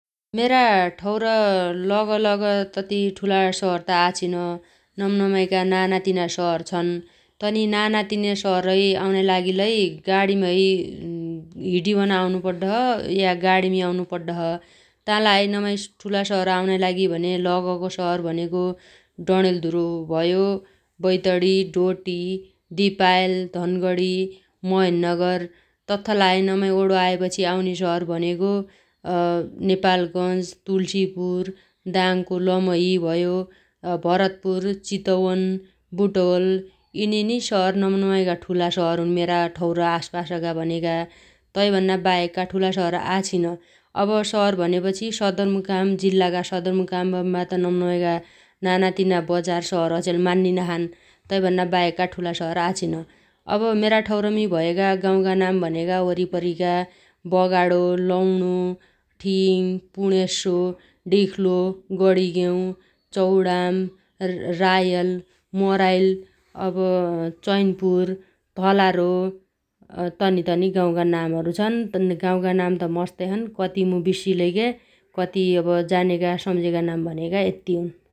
मेरा ठौर लगलग तति ठुला शहर त आछिन नम्नमाइगा नाना तिना शहर छन् । तनि नाना तिना शहरै आउनाइ लागि लै गाणीमी है हिटिबन आउनुपड्डोछ । या गाणीमी आउनुपड्डो छ । तालाहै नमाइ ठुला शहर आउनाइ लागि भने लगगो शहर भनेगो डडेल्धुरो भयो बैतडी, डोटी, दियापल, धनगणी, महेन्द्रनगर । तत्थलाहै नमाइ ओणो आएपछि आउने शहर भनेगो नेपालगञ्ज, तुल्सीपुर, दाङको लमही भयो भरतपुर, चितवन, बुटवल यिनीयिनी शहर नम्नमाइगा ठुला शहरहरु हुन् मेरा ठौर आसपासगा भनेगा । तैभन्नाबाहेकका ठुला शहर आछिन । अब शहर भनेपछि सदरमुकाम जिल्लागा सदरमुकामम्बा त नम्नमाइगा नानातिना बजार शहर अचेल मान्निनाछन् । तैभन्ना बाहेकका ठुला शहर आछिन । अब मेरा ठौरमी भएगा गाउँगा नाम भनेगा वरिपरिगा बगाणो, लौणो, ठिङ, पुणेस्सो, डिख्लो, गणिगेउ, चौणाम, रा-रायल, मराइल, अब चैनपुर, थलारो तनितनि गाउँगा नामहरु छन् । गाउँगा नाम त मस्तै छन् कति मु बिस्सी लै ग्या कति अब जानेगा सम्जेगा नाम भनेगा यत्ति हुन् ।